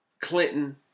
Clinton